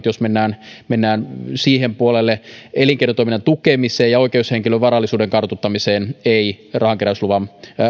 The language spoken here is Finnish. jos mennään mennään sille puolelle myöskään elinkeinotoiminnan tukemiseen tai oikeushenkilön varallisuuden kartuttamiseen ei